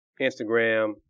Instagram